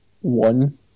one